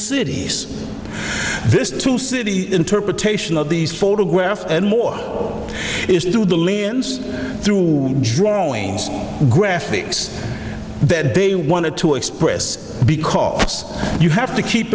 cities this two city interpretation of these photographs and more is to the libyans through drawing graphics that they wanted to express because you have to keep